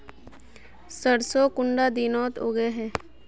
सरसों कुंडा दिनोत उगैहे?